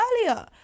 earlier